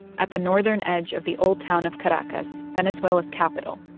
at the northern edge of the old town of caracas, venezuela's capital,